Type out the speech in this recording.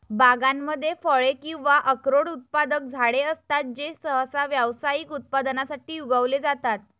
बागांमध्ये फळे किंवा अक्रोड उत्पादक झाडे असतात जे सहसा व्यावसायिक उत्पादनासाठी उगवले जातात